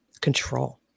control